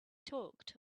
talked